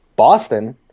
boston